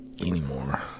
anymore